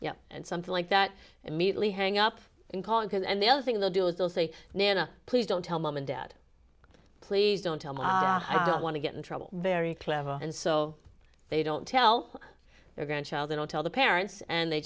know and something like that immediately hang up and call and the other thing they'll do is they'll say nana please don't tell mum and dad please don't tell me haha i don't want to get in trouble very clever and so they don't tell their grandchild they don't tell their parents and they